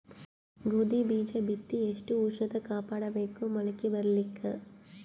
ಗೋಧಿ ಬೀಜ ಬಿತ್ತಿ ಎಷ್ಟ ಉಷ್ಣತ ಕಾಪಾಡ ಬೇಕು ಮೊಲಕಿ ಬರಲಿಕ್ಕೆ?